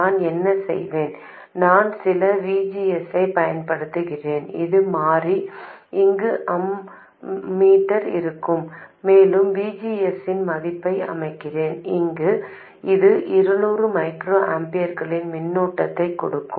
நான் என்ன செய்வேன் நான் சில V G S ஐப் பயன்படுத்துகிறேன் அது மாறி இங்கு அம்மீட்டர் இருக்கும் மேலும் V G S இன் மதிப்பை அமைக்கிறேன் இது 200 மைக்ரோ ஆம்பியர்களின் மின்னோட்டத்தைக் கொடுக்கும்